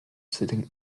sitting